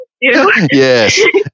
Yes